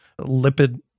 lipid